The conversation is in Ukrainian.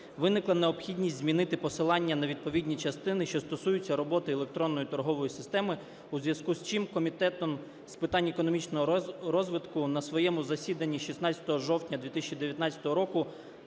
виникла необхідність змінити посилання на відповідні частини, що стосуються роботи електронної торгової системи. У зв'язку з чим Комітетом з питань економічного розвитку на своєму засіданні 16 жовтня 2019 року